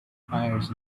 wires